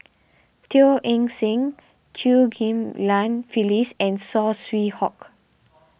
Teo Eng Seng Chew Ghim Lian Phyllis and Saw Swee Hock